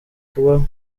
kuba